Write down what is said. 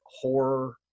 horror